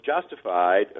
justified